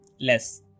Less